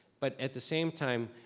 but at the same time,